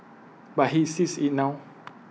but he sees IT now